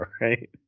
right